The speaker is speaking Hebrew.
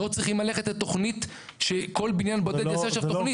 לא צריכים ללכת לתכנית שכל בניין בודד יעשה עכשיו תכנית.